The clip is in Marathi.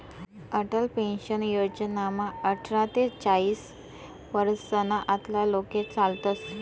अटल पेन्शन योजनामा आठरा ते चाईस वरीसना आतला लोके चालतस